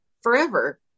forever